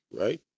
right